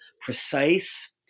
precise